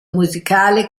musicale